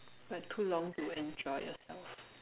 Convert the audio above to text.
but too long to enjoy yourself